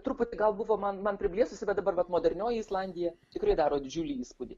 truputį gal buvo man man priblėsusi bet dabar vat modernioji islandija tikrai daro didžiulį įspūdį